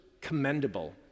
commendable